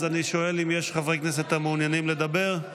אז אני שואל אם יש חברי כנסת המעוניינים לדבר.